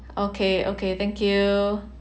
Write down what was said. okay okay thank you